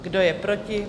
Kdo je proti?